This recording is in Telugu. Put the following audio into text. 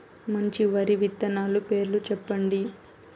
మంచి వరి విత్తనాలు పేర్లు చెప్పండి?